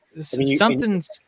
something's